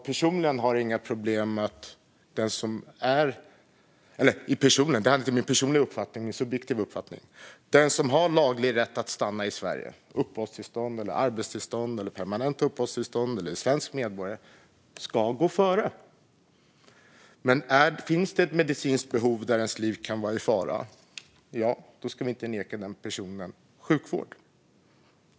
Den som har laglig rätt att stanna i Sverige - den som har uppehållstillstånd, arbetstillstånd eller permanent uppehållstillstånd eller är svensk medborgare - ska gå före. Men finns det ett medicinskt behov där ens liv kan vara i fara ska man inte nekas sjukvård.